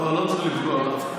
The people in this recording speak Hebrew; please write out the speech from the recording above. לא, לא יפה.